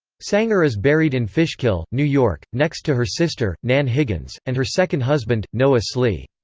sanger is buried in fishkill, new york, next to her sister, nan higgins, and her second husband, noah slee.